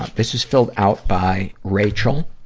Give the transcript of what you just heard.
ah this is filled out by rachel.